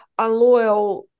unloyal